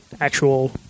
actual